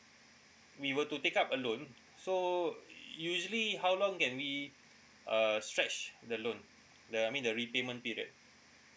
we were to take up a loan so usually how long can we uh stretch the loan the I mean the repayment period